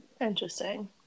Interesting